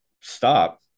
stop